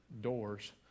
doors